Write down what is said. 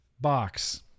box